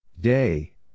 Day